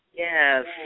Yes